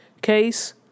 Case